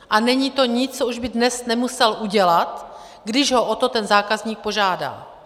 A není to nic, co už by dnes nemusel udělat, když ho o to ten zákazník požádá.